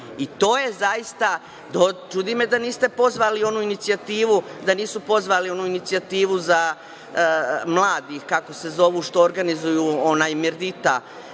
Antonijeviću? Čudi me da niste pozvali i onu inicijativu, da nisu pozvali onu inicijativu za mlade, kako se zovu, što organizuju onaj „Mirdita“